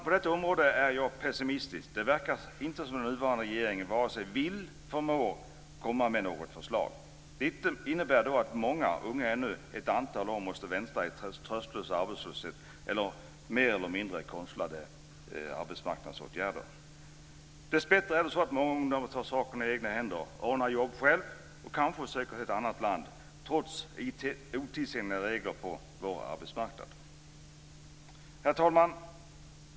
På detta område är jag pessimistisk. Det verkar inte som om den nuvarande regeringen vare sig vill eller förmår komma med något förslag. Detta innebär att många unga måste vänta ännu ett antal år i tröstlös arbetslöshet eller med mer eller mindre konstlade arbetsmarknadsåtgärder. Dessbättre tar många ungdomar saken i egna händer och ordnar jobb själva. De kanske söker sig till ett annat land, trots otidsenliga regler på vår arbetsmarknad. Herr talman!